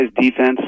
defense